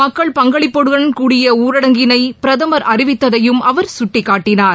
மக்கள் பங்களிப்புடன் கூடிய ஊரடங்கினை பிரதமர் அறிவித்ததையும் அவர் குட்டிக்காட்டினார்